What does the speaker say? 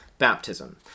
baptism